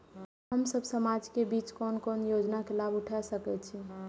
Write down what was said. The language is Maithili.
हम सब समाज के बीच कोन कोन योजना के लाभ उठा सके छी?